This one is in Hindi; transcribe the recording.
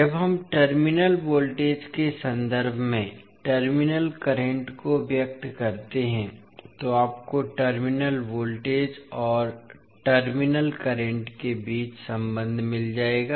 जब हम टर्मिनल वोल्टेज के संदर्भ में टर्मिनल करंट को व्यक्त करते हैं तो आपको टर्मिनल वोल्टेज और टर्मिनल करंट के बीच संबंध मिल जाएगा